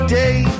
day